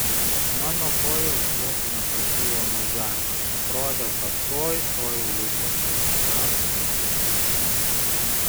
mano kojos vos nepakilo nuo žemės atrodė kad tuoj tuoj lubos atsivers mano aukštybei